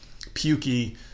pukey